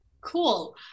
cool